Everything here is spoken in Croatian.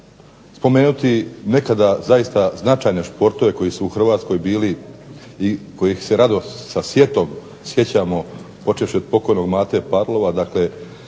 spomenuti nekada zaista značajne športove koji su u Hrvatskoj bili, i kojih se sa sjetom sjećamo počevši od pokojnog Mate Pavlova,